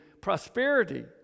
prosperity